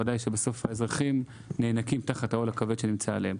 בוודאי שבסוף האזרחים נאנקים תחת העול הכבד שנמצא עליהם.